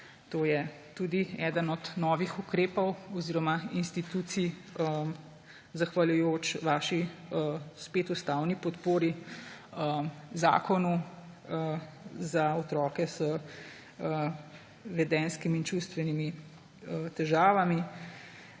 to je tudi eden od novih ukrepov oziroma institucij, zahvaljujoč vaši spet ustavni podpori zakonu za otroke z vedenjskimi in čustvenimi težavami,